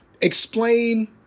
explain